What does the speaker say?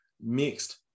mixed